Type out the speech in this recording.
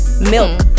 Milk